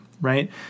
right